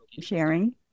sharing